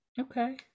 Okay